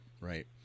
right